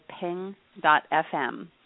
ping.fm